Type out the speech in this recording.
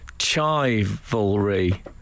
chivalry